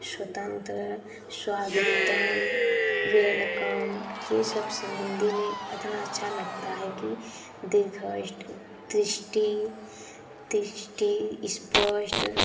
स्वतंत्र स्वागतम् वेलकम यह सब स हिंदी में इतना अच्छा लगता है कि देखष्ट दृष्टि दृष्टि स्पष्ट